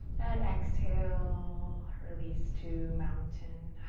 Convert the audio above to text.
and exhale, release to mountain.